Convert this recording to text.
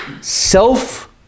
Self